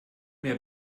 mir